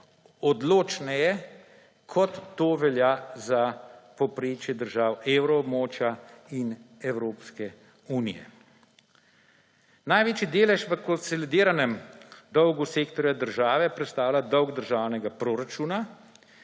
odločneje, kot to velja za povprečje držav evroobmočja in Evropske unije. Največji delež v konsolidiranem dolgu sektorja država predstavlja dolg državnega proračuna